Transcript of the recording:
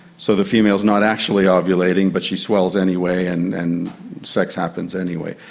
so the female is not actually ovulating but she swells anyway and and sex happens anyway.